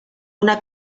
una